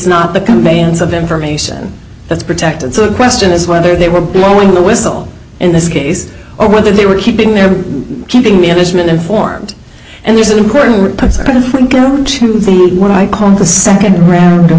not the conveyance of information that's protected so the question is whether they were blowing the whistle in this case or whether they were keeping their keeping management informed and there's an important principle when i called the second round of